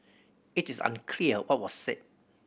it is unclear what was said